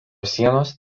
sienos